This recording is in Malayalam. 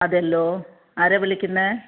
അതേലോ ആരാ വിളിക്കുന്നത്